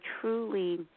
truly